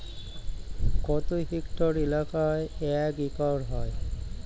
কত হেক্টর এলাকা এক একর হয়?